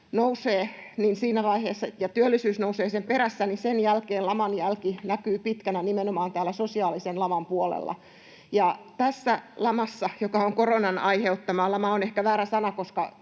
ja työllisyys nousee sen perässä, niin sen jälkeen laman jälki näkyy pitkänä nimenomaan täällä sosiaalisen laman puolella. Ja tässä lamassa, joka on koronan aiheuttama — lama on ehkä väärä sana,